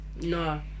no